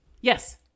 Yes